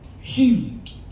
healed